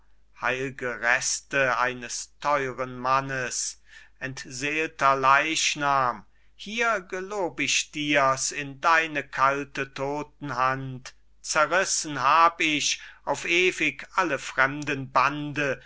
heil'ge reste eines teuren mannes entseelter leichnam hier gelob ich dir's in deine kalte totenhand zerrissen hab ich auf ewig alle fremden bande